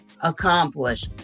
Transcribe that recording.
accomplish